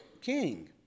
king